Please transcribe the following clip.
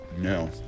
No